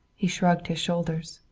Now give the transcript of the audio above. he shrugged his shoulders.